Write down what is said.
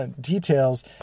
details